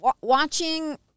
watching